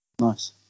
Nice